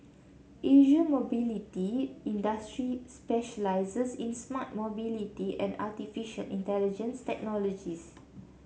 Asia Mobility Industries specialises in smart mobility and artificial intelligence technologies